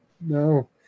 no